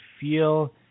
feel